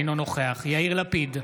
אינו נוכח יאיר לפיד,